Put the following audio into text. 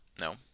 No